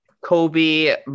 Kobe